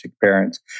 parents